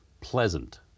pleasant